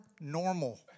normal